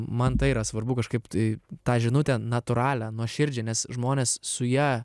man tai yra svarbu kažkaip tai tą žinutę natūralią nuoširdžią nes žmonės su ja